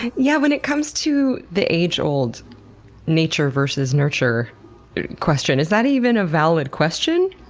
yeah. when it comes to the age-old nature versus nurture question, is that even a valid question?